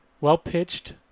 Well-pitched